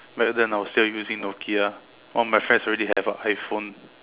back then I was still using Nokia one of my friends already have a iPhone